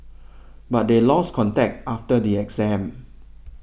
but they lost contact after the exam